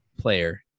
player